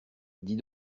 dis